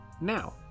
now